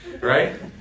right